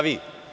Vi.